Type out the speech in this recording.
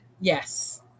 Yes